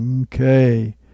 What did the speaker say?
Okay